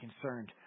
concerned